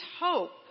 hope